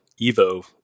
Evo